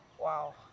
wow